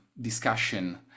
discussion